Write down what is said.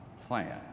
plan